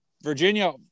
Virginia